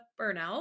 burnout